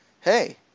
hey